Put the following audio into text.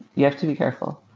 you have to be careful.